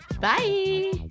Bye